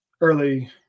Early –